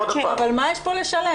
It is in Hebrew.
אבל מה יש כאן לשלם?